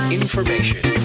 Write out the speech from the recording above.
information